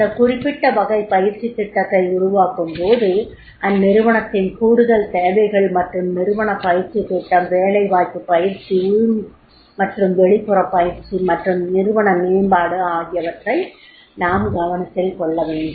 அந்த குறிப்பிட்ட வகை பயிற்சித் திட்டத்தை உருவாக்கும்போது அந்நிறுவனத்தின் கூடுதல் தேவைகள் மற்றும் நிறுவன பயிற்சித் திட்டம் வேலைவாய்ப்பு பயிற்சி உள் மற்றும் வெளிப்புற பயிற்சி மற்றும் நிறுவன மேம்பாடு ஆகியவற்றை நாம் கவனத்தில் கொள்ளவேண்டும்